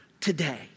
today